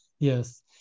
Yes